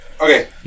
Okay